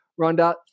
Rhonda